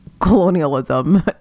colonialism